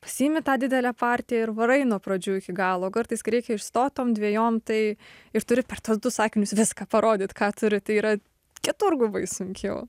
pasiimi tą didelę partiją ir varai nuo pradžių iki galo kartais kai reikia išstot tom dviejom tai ir turi per tuos du sakinius viską parodyt ką turi tai yra keturgubai sunkiau